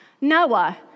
Noah